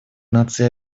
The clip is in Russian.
наций